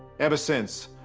ever since,